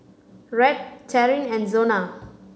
Rhett Taryn and Zona